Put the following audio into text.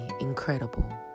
incredible